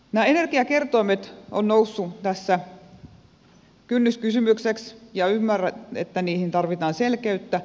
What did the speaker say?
nämä energiakertoimet ovat nousseet tässä kynnyskysymykseksi ja ymmärrän että niihin tarvitaan selkeyttä